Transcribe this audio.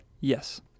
Yes